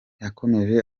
yakomeje